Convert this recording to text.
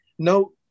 No